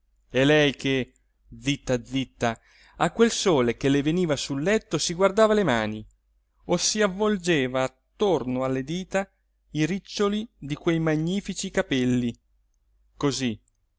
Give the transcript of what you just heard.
e lei che zitta zitta a quel sole che le veniva sul letto si guardava le mani o si avvolgeva attorno alle dita i riccioli di quei magnifici capelli così